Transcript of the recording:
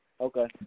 Okay